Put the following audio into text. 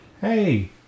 Hey